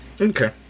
Okay